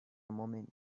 moment